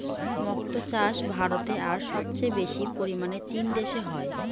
মক্তো চাষ ভারতে আর সবচেয়ে বেশি পরিমানে চীন দেশে হয়